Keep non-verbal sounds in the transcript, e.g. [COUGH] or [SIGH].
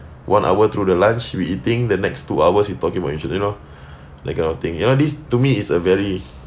one hour through the lunch we eating the next two hours you talking about you insu~ you know [BREATH] that kind of thing you know this to me is a very